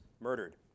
murdered